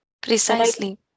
precisely